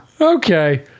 Okay